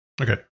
Okay